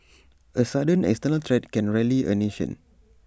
A sudden external threat can rally A nation